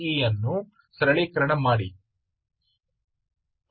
E ಅನ್ನು ಸರಳೀಕರಣ ಮಾಡಿ